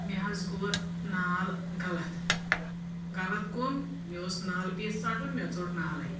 مےٚ حظ گوٚو اَتھ نال غلط غلط گوم مےٚ اوس نالہٕ پیٖس ژَٹُن مےٚ ژوٚٹ نالٕے